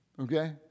Okay